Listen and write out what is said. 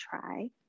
try